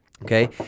Okay